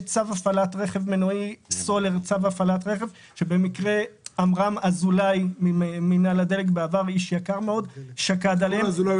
יש צו הפעלת רכב מנועי סולר שבמקרה עמרם אזולאי ממינהל הדלק שקד עליו.